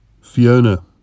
Fiona